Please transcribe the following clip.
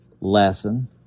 lesson